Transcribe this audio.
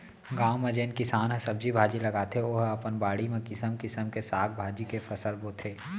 गाँव म जेन किसान ह सब्जी भाजी लगाथे ओ ह अपन बाड़ी म किसम किसम के साग भाजी के फसल बोथे